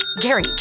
Gary